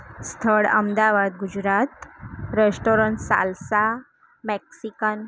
સ્થળ Ahmedabad Gujarat restaurant salsa Mexican